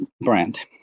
brand